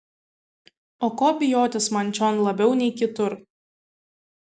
o ko bijotis man čion labiau nei kitur